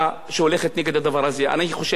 אני חושב שצריך לאשר את זה לשנה שלמה.